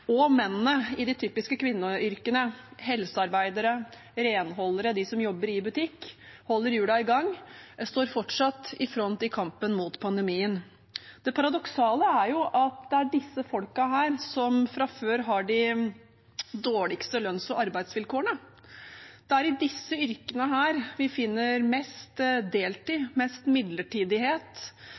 og mennene – i de typiske kvinneyrkene, helsearbeidere, renholdere, de som jobber i butikk, holder hjulene i gang, står fortsatt i front i kampen mot pandemien. Det paradoksale er jo at det er disse folka som fra før har de dårligste lønns- og arbeidsvilkårene. Det er i disse yrkene vi finner mest deltid, mest midlertidighet,